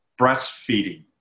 breastfeeding